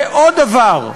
ועוד דבר,